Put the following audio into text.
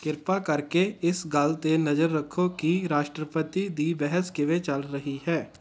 ਕਿਰਪਾ ਕਰਕੇ ਇਸ ਗੱਲ 'ਤੇ ਨਜ਼ਰ ਰੱਖੋ ਕਿ ਰਾਸ਼ਟਰਪਤੀ ਦੀ ਬਹਿਸ ਕਿਵੇਂ ਚੱਲ ਰਹੀ ਹੈ